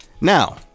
Now